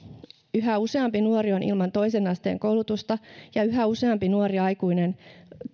yhä useampi nuori on ilman toisen asteen koulutusta ja yhä useampi nuori aikuinen